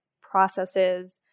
processes